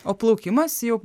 o plaukimas jau